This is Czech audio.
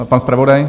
Pan zpravodaj?